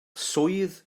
swydd